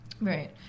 right